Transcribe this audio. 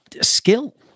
skill